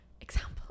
Example